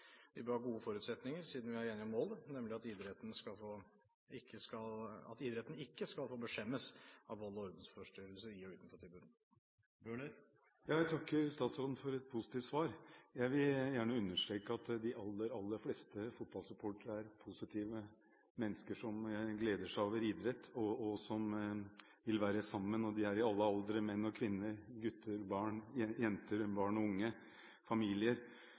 Vi bør ha gode forutsetninger, siden vi er enige om målet, nemlig at idretten ikke skal være beskjemmet av vold og ordensforstyrrelser i og utenfor tribunen. Jeg takker statsråden for et positivt svar. Jeg vil gjerne understreke at de aller, aller fleste fotballsupportere er positive mennesker som gleder seg over idrett, og som vil være sammen. De er i alle aldre – menn og kvinner, gutter og jenter, barn og unge, familier.